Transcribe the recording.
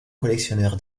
collectionneur